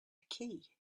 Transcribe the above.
key